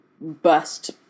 bust